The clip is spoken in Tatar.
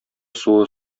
суы